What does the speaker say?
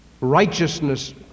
righteousness